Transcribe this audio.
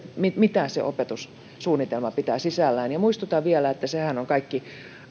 mitä se opetussuunnitelma pitää sisällään muistutan vielä että sehän on kaikki